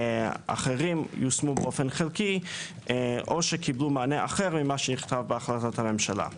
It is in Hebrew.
אחרים יושמו באופן חלקי או שקיבלו מענה אחר ממה שנכתב בהחלטת ממשלה.